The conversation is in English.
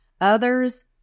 Others